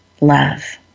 love